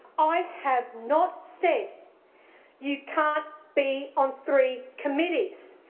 i have not said you can't be on three committees.